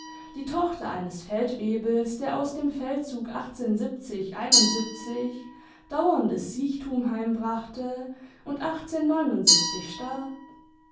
die tochter eines feldwebels der aus dem feldzug dauerndes siechtum heimbrachte und starb